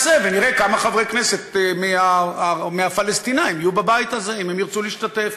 עוצרים את החזון של מדינה יהודית עם רוב יהודי מוצק,